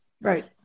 Right